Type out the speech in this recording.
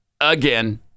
again